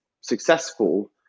successful